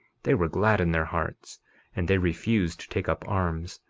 they were glad in their hearts and they refused to take up arms,